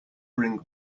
bring